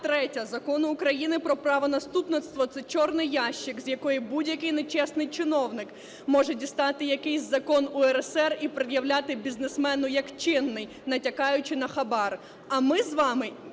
Закону України про правонаступництво – це чорний ящик, з який будь-який нечесний чиновник може дістати якийсь закон УРСР і пред'являти бізнесмену як чинний, натякаючи на хабар, а ми з вами